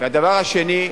הדבר השני,